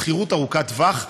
שכירות ארוכת טווח,